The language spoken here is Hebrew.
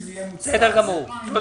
תודה.